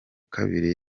kabiri